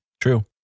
True